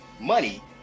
money